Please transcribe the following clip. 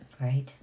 Right